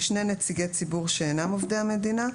(3)שני נציגי ציבור שאינם עובדי המדינה,